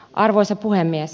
arvoisa puhemies